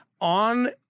on